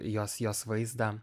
jos jos vaizdą